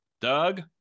Doug